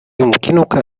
يمكنك